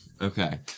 Okay